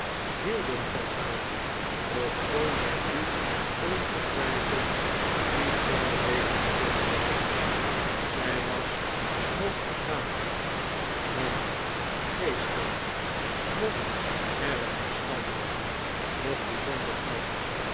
hielden van haar ofschoon zij u ongetwijfeld niet zouden weten te zeggen waarom zij was noch begaafd noch geestig noch erg verstandig noch bijzonder knap